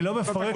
אני לא מפרק דבר.